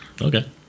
Okay